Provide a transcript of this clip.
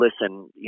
listen